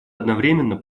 одновременно